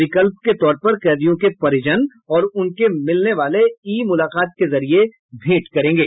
विकल्प के तौर पर कैदियों के परिजन और उनके मिलने वाले ई मुलाकात के जरिये भेंट करेंगे